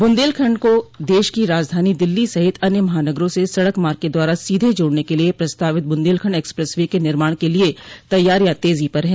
बुन्देलखंड को देश की राजधानी दिल्ली सहित अन्य महानगरों से सड़क मार्ग के द्वारा सीधे जोड़ने के लिए प्रस्तावित बुन्देलखंड एक्सप्रेस वे के निर्माण के लिए तैयारियां तेजी पर है